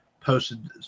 posted